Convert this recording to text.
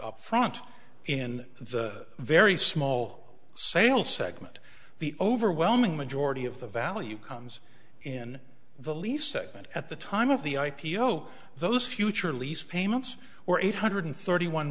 up front in the very small sale segment the overwhelming majority of the value comes in the least segment at the time of the i p o those future lease payments were eight hundred thirty one